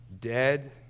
dead